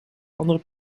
andere